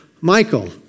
Michael